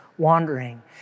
wandering